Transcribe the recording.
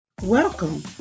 Welcome